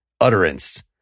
utterance